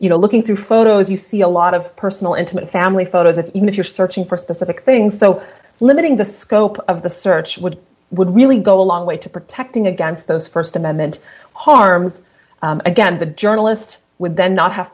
you know looking through photos you see a lot of personal intimate family photos and even if you're searching for specific things so limiting the scope of the search would would really go a long way to protecting against those st amendment harms again the journalist would then not have